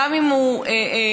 גם אם הוא מוטה,